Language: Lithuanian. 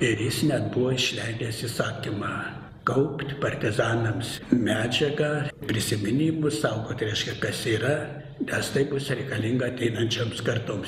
ir jis net buvo išleidęs įsakymą kaupt partizanams medžiagą prisiminimus saugot reiškia kas yra nes tai bus reikalinga ateinančioms kartoms